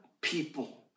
people